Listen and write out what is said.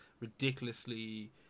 ridiculously